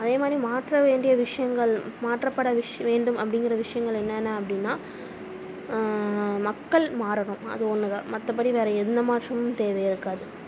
அதே மாதிரி மாற்ற வேண்டியை விஷயங்கள் மாற்றப்பட விஷ வேண்டும் அப்படிங்குற விஷயங்கள் என்னென்ன அப்படின்னா மக்கள் மாறணும் அது ஒன்றுதான் மற்றபடி வேற எந்த மாற்றமும் தேவை இருக்காது